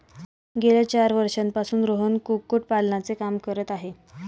गेल्या चार वर्षांपासून रोहन कुक्कुटपालनाचे काम करत आहे